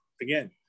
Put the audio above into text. Again